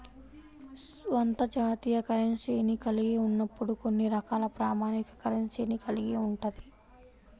స్వంత జాతీయ కరెన్సీని కలిగి ఉన్నప్పుడు కొన్ని రకాల ప్రామాణిక కరెన్సీని కలిగి ఉంటది